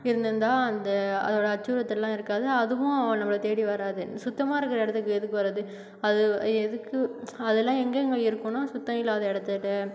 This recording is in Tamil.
இருந்திருந்தால் அந்த அதோட அச்சுறுத்தலெல்லாம் இருக்காது அதுவும் நம்மளை தேடி வராது சுத்தமாக இருக்கிற இடத்துக்கு எதுக்கு வருது அது எதுக்கு அதெல்லாம் எங்கெங்கே இருக்குனால் சுத்தம் இல்லாத இடத்துக்கிட்ட